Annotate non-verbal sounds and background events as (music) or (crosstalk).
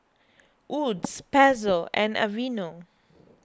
Wood's (noise) Pezzo and Aveeno